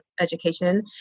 education